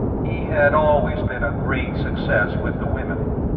he had always been a great success with the women.